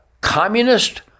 communist